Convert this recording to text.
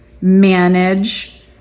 manage